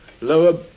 Lower